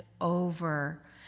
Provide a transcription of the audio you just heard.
over